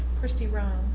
christy roan.